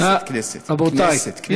ואז זה בכנסת, כנסת, כנסת.